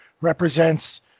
represents